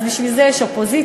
אז בשביל זה יש אופוזיציה,